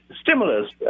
stimulus